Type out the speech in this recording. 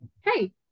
Hey